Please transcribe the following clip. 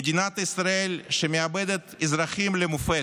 מדינת ישראל, שמאבדת אזרחים למופת: